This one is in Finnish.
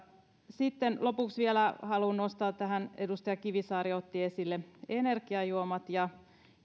sitten lopuksi vielä haluan nostaa tähän edustaja kivisaari otti esille energiajuomat